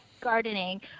gardening